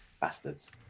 bastards